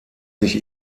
sich